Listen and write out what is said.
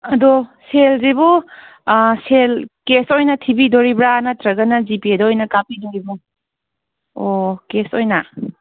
ꯑꯗꯨ ꯁꯦꯜꯁꯤꯕꯨ ꯁꯦꯜ ꯀꯦꯁ ꯑꯣꯏꯅ ꯊꯤꯕꯤꯗꯧꯔꯤꯕꯔꯥ ꯅꯠꯇ꯭ꯔꯒꯅ ꯖꯤ ꯄꯦꯗ ꯑꯣꯏꯅ ꯀꯥꯄꯤꯗꯧꯔꯤꯕꯔꯥ ꯑꯣ ꯀꯦꯁ ꯑꯣꯏꯅ